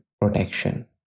protection